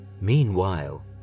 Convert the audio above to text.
Meanwhile